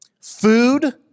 Food